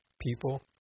people